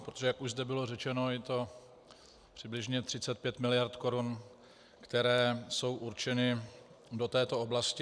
Protože jak už zde bylo řečeno, je to přibližně 35 mld. korun, které jsou určeny do této oblasti.